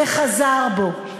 וחזר בו.